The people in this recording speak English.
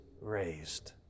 raised